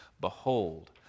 Behold